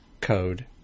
code